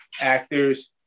actors